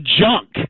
junk